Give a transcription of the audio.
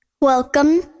Welcome